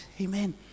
Amen